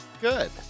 Good